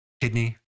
kidney